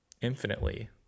infinitely